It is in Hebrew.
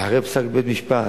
ואחרי פסק בית-משפט,